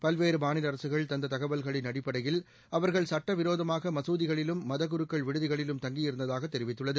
பல்வேறு மாநில அரசுகள் தந்த தகவல்களின் அடிப்படையில் அவர்கள் சுட்ட விரோதமாக மசூதிகளிலும் மத குருக்கள் விடுதிகளிலும் தங்கியிருந்ததாக தெரிவித்துள்ளது